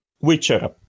Witcher